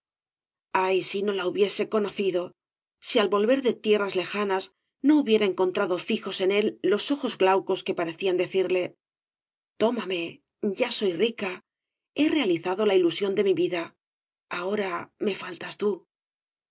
ay si no la hubiese conocido si al volver de tierras lejanas no hubiera encontrado fijos en él los ojos glaucos que pa recían decirle tómame ya soy rica he realiza do la ilusión de mi vida ahora me faltas tú